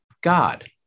God